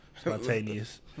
spontaneous